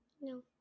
No